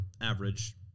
average